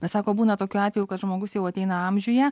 bet sako būna tokių atvejų kad žmogus jau ateina amžiuje